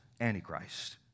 Antichrist